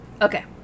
Okay